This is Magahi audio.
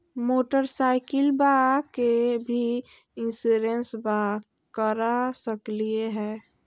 मोटरसाइकिलबा के भी इंसोरेंसबा करा सकलीय है?